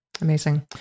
Amazing